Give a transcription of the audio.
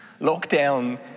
lockdown